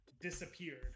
disappeared